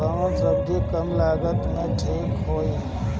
कौन सबजी कम लागत मे ठिक होई?